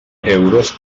euros